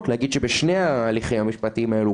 ולהגיד שבשני ההליכים המשפטיים האלה,